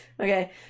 okay